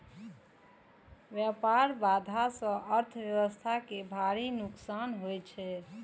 व्यापार बाधा सं अर्थव्यवस्था कें भारी नुकसान होइ छै